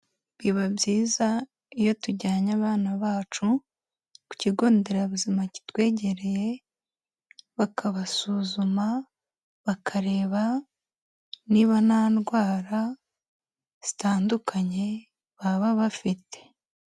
Biba byiza iyo tujyanye abana bacu ku kigo nderabuzima kitwegereye, bakabasuzuma bakareba niba nta ndwara zitandukanye baba bafite.